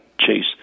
chase